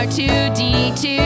R2D2